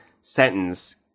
sentence